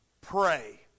Pray